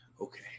Okay